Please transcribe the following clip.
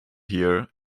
here